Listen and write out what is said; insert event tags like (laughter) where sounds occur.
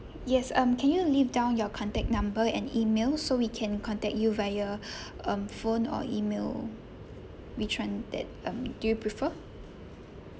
yes um can you leave down your contact number and email so we can contact you via (breath) um phone or email which one that um do you prefer